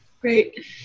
Great